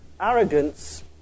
arrogance